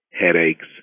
headaches